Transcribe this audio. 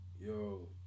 Yo